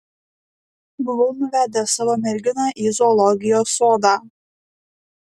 buvau nuvedęs savo merginą į zoologijos sodą